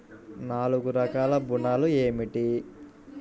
నాలుగు రకాల ఋణాలు ఏమిటీ?